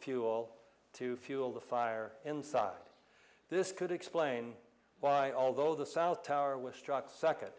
fuel to fuel the fire inside this could explain why although the south tower was struck second